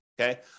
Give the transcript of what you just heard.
okay